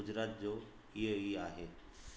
गुजरात जो इहो ई आहे